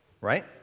right